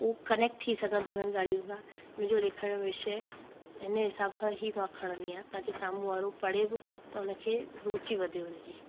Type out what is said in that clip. उहो कनेंक्ट थी सघनि उन्हनि ॻाल्हियुनि खां मुंहिंजो लिखण जो विषय हिन हिसाब सां ई मां खणंदी आहे ताकी साम्हूं वारो पढ़े बि त हुनखे रुचि वधे हुनजी